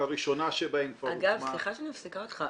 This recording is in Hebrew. הראשונה שבהן כבר הוקמה -- סליחה שאני מפסיקה אותך.